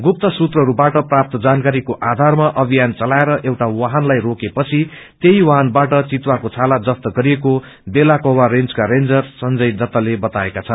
गुप्त सूत्रहस्बाट प्राप्त जानकारीको आयारमा अभियान चलाएर एउटा वाहनलाई रोकेपछि त्यी वाहनबाट वितुवाको छाला जप्त गरिएको बेलकोबा रेजका रेजर संजय दत्तले बताएका छन्